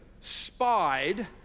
spied